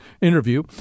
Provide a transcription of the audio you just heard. interview